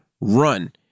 Run